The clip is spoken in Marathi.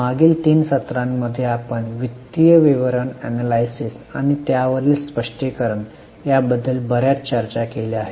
मागील तीन सत्रांमध्ये आपण वित्तीय विवरण एनलायसिस आणि त्यावरील स्पष्टीकरण याबद्दल बर्याच चर्चा केल्या आहेत